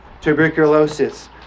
Tuberculosis